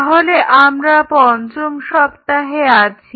তাহলে আমরা পঞ্চম সপ্তাহে আছি